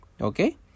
Okay